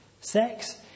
Sex